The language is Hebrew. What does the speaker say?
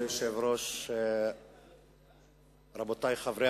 כבוד היושב-ראש, רבותי חברי